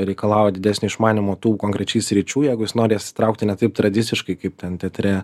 reikalauja didesnio išmanymo tų konkrečiai sričių jeigu jis norės įtraukti ne taip tradiciškai kaip ten teatre